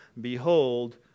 Behold